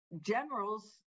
generals